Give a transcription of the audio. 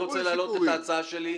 אני רוצה להעלות את ההצעה שלי,